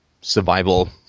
survival